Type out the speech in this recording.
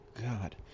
God